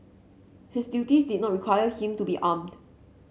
his duties did not require him to be armed